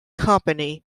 company